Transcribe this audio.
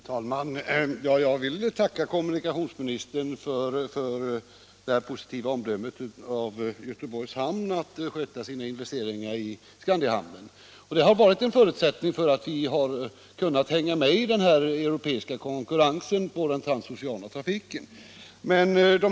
Herr talman! Jag vill tacka kommunikationsministern för det positiva omdömet om Göteborgs hamns sätt att sköta sina investeringar i Skandiahamnen. Det har varit en förutsättning för att vi skulle kunna hänga med i den europeiska konkurrensen när det gäller den transoceana trafiken.